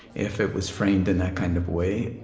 if it was framed in that kind of way,